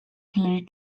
hillary